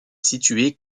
située